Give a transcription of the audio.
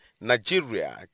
Nigeria